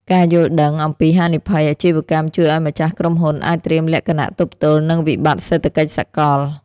ការយល់ដឹងអំពីហានិភ័យអាជីវកម្មជួយឱ្យម្ចាស់ក្រុមហ៊ុនអាចត្រៀមលក្ខណៈទប់ទល់នឹងវិបត្តិសេដ្ឋកិច្ចសកល។